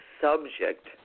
subject